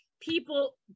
People